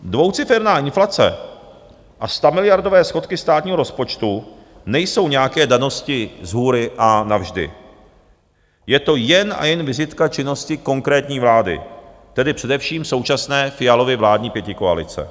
Dvouciferná inflace a stamiliardové schodky státního rozpočtu nejsou nějaké danosti shůry a navždy je to jen a jen vizitka činnosti konkrétní vlády, tedy především současné Fialovy vládní pětikoalice.